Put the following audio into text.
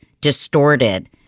distorted